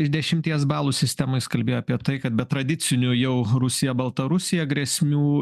iš dešimties balų sistemoj jis kalbėjo apie tai kad be tradicinių jau rusija baltarusija grėsmių